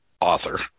author